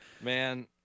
Man